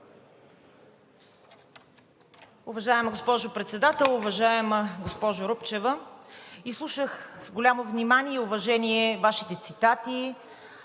Уважаема госпожо Председател! Уважаема госпожо Рупчева, изслушах с голямо внимание и уважение Вашите цитати,